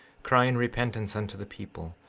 crying repentance unto the people,